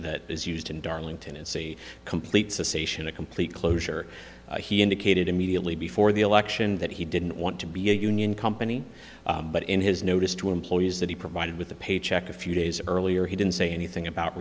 that is used in darlington and see a complete cessation of complete closure he indicated immediately before the election that he didn't want to be a union company but in his notice to employees that he provided with the paycheck a few days earlier he didn't say anything about